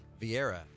Vieira